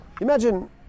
Imagine